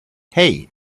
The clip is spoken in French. hey